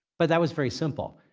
but that was very simple.